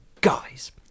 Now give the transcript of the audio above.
guys